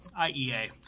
IEA